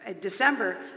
December